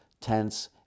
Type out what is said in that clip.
tense